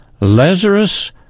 Lazarus